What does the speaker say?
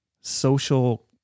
social